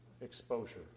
exposure